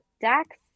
Dax